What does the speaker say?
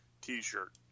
t-shirt